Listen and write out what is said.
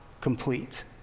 complete